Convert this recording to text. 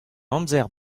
amzer